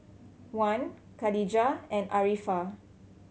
Wan Khadija and Arifa